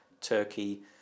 Turkey